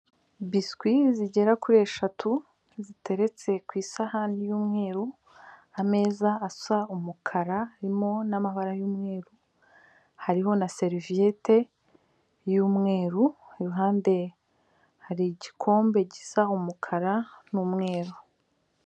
Biswi zigera kuri eshatu, ziteretse ku isahani y'umweru, ameza asa umukara arimo n'amabara y'umweru, hariho na seriviyete y'umweru, iruhande hari igikombe gisa umukara n'umweru.